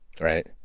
right